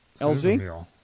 LZ